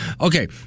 Okay